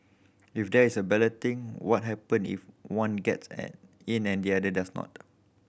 if there is a balloting what happen if one gets an in and the other does not